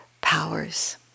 powers